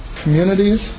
communities